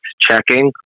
checking